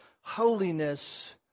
holiness